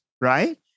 right